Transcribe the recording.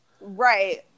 Right